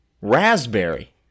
Raspberry